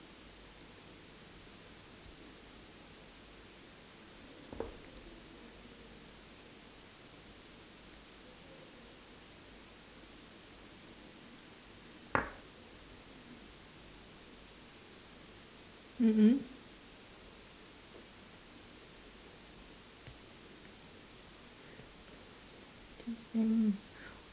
mm mm